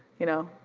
you know?